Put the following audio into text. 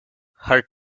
her